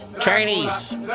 Chinese